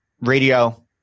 radio